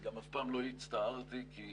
שגם אף פעם לא הצטערתי, כי